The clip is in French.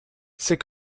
c’est